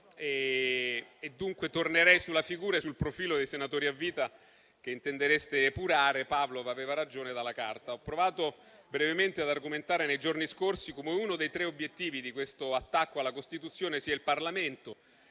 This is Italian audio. e dunque tornerei sulla figura e sul profilo dei senatori a vita che intendereste epurare - Pavlov aveva ragione - dalla Carta. Ho provato brevemente ad argomentare, nei giorni scorsi, come uno dei tre obiettivi dell'attacco alla Costituzione sia il Parlamento,